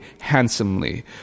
handsomely